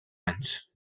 anys